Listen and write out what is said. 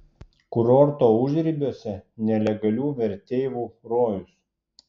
kurorto užribiuose nelegalių verteivų rojus